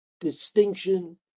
distinction